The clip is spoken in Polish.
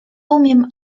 umiem